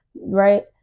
right